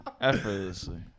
Effortlessly